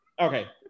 Okay